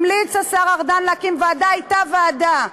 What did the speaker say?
המליץ השר ארדן להקים ועדה, הייתה ועדה.